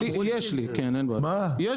יש לי ההסכמים.